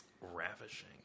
Ravishing